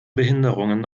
behinderungen